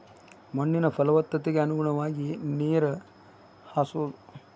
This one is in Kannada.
ಮಣ್ಣಿನ ಪಲವತ್ತತೆಗೆ ಅನುಗುಣವಾಗಿ ನೇರ ಹಾಸುದು